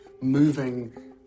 moving